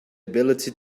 ability